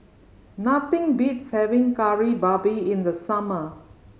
nothing beats having Kari Babi in the summer